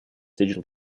digital